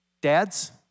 Dads